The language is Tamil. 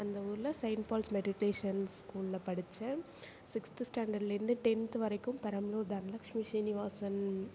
அந்த ஊரில் செயிண்ட் பால்ஸ் மெட்ரிகுலேஷன் ஸ்கூலில் படித்தேன் சிக்ஸ்த்து ஸ்டாண்டர்ட்டுலேருந்து டென்த்து வரைக்கும் பெரம்பலூர் தனலக்ஷ்மி ஸ்ரீனிவாசன்